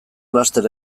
laster